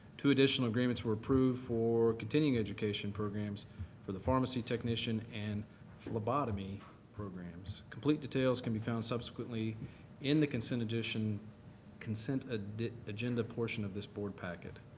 two additional agreements were approved for continuing education programs for the pharmacy technician and phlebotomy programs. complete details can be found subsequently in the consent addition consent ah agenda portion of this board packet.